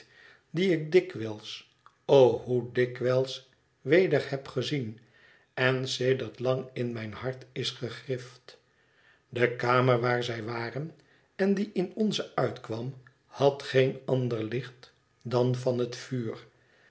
die ik dikwijls o hoe dikwijls weder heb gezien en sedert lang in mijn hart is gegrift de kamer waar zij waren en die in de onze uitkwam had geen ander licht dan van het vuur